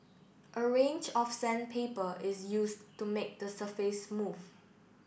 a range of sandpaper is used to make the surface smooth